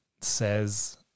says